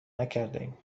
نکردهایم